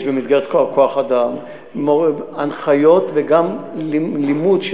יש במסגרת כוח-אדם הנחיות וגם לימוד.